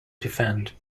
defend